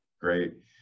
Great